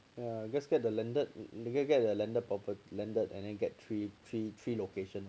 ya just get the landed maybe build a landed property landed three three three location lor